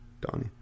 Donnie